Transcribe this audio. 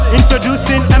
introducing